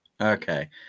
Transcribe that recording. Okay